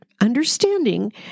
understanding